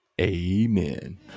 Amen